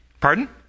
Pardon